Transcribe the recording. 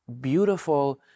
beautiful